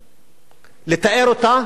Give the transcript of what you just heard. אסור לתת להם הנחות.